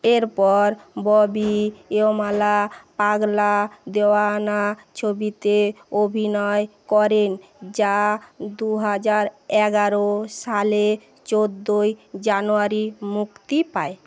এরপর ববি ইয়মালা পাগলা দিওয়ানা ছবিতে অভিনয় করেন যা দু হাজার এগারো সালের চোদ্দোই জানুয়ারি মুক্তি পায়